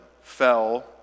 fell